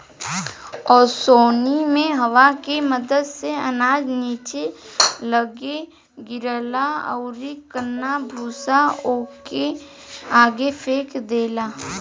ओसौनी मे हवा के मदद से अनाज निचे लग्गे गिरेला अउरी कन्ना भूसा आगे फेंक देला